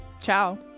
Ciao